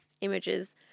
images